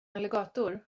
alligator